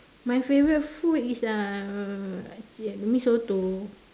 my favourite food is uh I see mee-soto